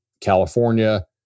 California